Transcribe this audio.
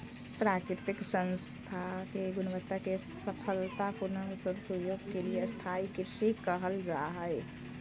प्राकृतिक संसाधन के गुणवत्ता के सफलता पूर्वक सदुपयोग ही स्थाई कृषि कहल जा हई